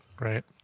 right